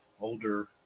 older